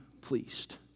pleased